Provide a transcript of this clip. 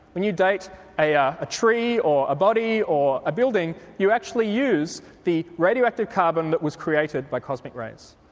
when you date a ah a tree or a body or a building, you actually use the radioactive carbon that was created by cosmic rays.